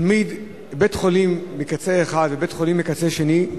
בית-חולים בקצה אחד ובית-חולים בקצה שני,